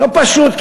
לא פשוט,